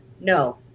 no